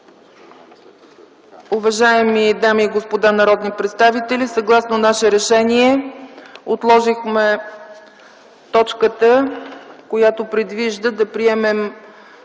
Уважаеми дами и господа народни представители, съгласно наше решение отложихме точката, която предвижда да разгледаме